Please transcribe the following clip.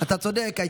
מה הייתה